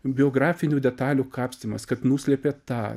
biografinių detalių kapstymas kad nuslėpė tą